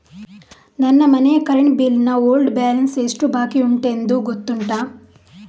ನನ್ನ ಮನೆಯ current bill ನ ಓಲ್ಡ್ ಬ್ಯಾಲೆನ್ಸ್ ಎಷ್ಟು ಬಾಕಿಯುಂಟೆಂದು ಗೊತ್ತುಂಟ?